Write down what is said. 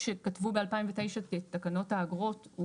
כשכתבו ב-2009 תקנות האגרות,